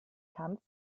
kampf